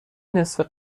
نصف